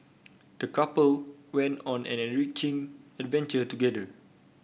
the couple went on an enriching adventure together